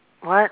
what